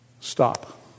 Stop